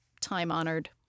time-honored